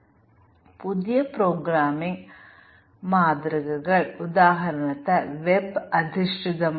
debugging പ്രക്രിയയിൽ bug തിരയാൻ ഞങ്ങൾക്ക് വളരെ പരിമിതമായ സ്ഥലമുണ്ട് അതിനാൽ ഡീബഗ്ഗിംഗ് ചെലവ് കുറഞ്ഞതാണ്